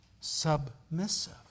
submissive